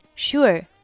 Sure